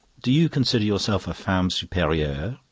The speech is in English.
do you consider yourself a femme superieure?